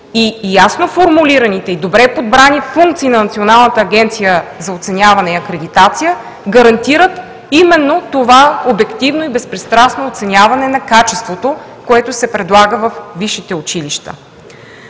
Ясно формулираните и добре подбрани функции на Националната агенция за оценяване и акредитация гарантират именно това обективно и безпристрастно оценяване на качеството, което се предлага във висшите училища,